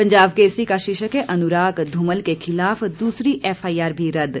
पंजाब केसरी का शीर्षक है अनुराग धूमल के खिलाफ दूसरी एफआईआर भी रद्द